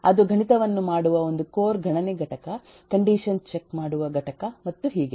ಅದು ಗಣಿತವನ್ನು ಮಾಡುವ ಒಂದು ಕೋರ್ ಗಣನೆ ಘಟಕ ಕಂಡೀಶನ್ ಚೆಕ್ ಮಾಡುವ ಘಟಕ ಮತ್ತು ಹೀಗೆ